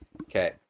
Okay